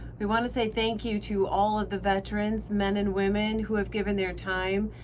we want to say thank you to all of the veterans, men and women who have given their time,